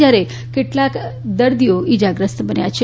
જયારે કેટલાક દર્દીઓ ઇજાગ્રસ્ત બન્યા છે